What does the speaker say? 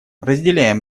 разделяем